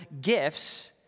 gifts